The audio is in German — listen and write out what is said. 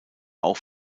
auch